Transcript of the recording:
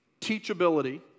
teachability